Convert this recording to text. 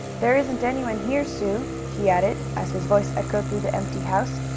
there isn't anyone here, sue, he added, as his voice echoed through the empty house.